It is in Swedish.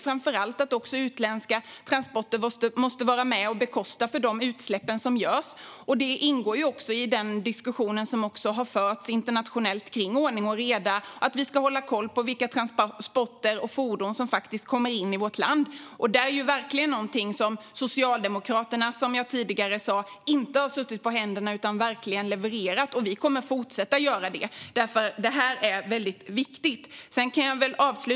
Utländska transporter måste vara med och betala för de utsläpp de gör. Det ingår också i den diskussion om ordning och reda som förs internationellt att vi ska hålla koll på vilka transporter och fordon som kommer in i vårt land. Här har Socialdemokraterna verkligen inte suttit på händerna utan levererat, och vi kommer att fortsätta att göra det eftersom detta är mycket viktigt.